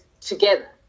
together